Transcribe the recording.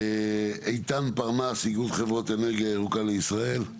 איתן פרנס, איגוד חברות אנרגיה ירוקה לישראל.